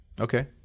Okay